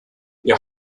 ihr